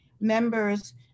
members